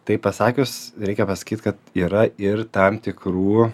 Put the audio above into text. tai pasakius reikia pasakyt kad yra ir tam tikrų